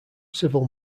civil